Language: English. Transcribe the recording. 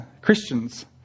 christians